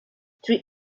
three